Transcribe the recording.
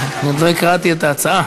עוד לא הקראתי את ההצעה.